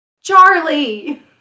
Charlie